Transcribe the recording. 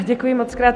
Děkuji mockrát.